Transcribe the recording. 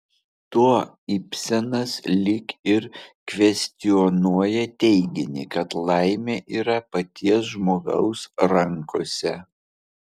tuo ibsenas lyg ir kvestionuoja teiginį kad laimė yra paties žmogaus rankose